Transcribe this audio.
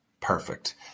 perfect